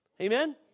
Amen